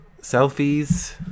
Selfies